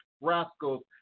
rascals